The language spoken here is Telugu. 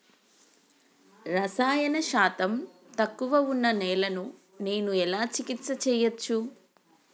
రసాయన శాతం తక్కువ ఉన్న నేలను నేను ఎలా చికిత్స చేయచ్చు?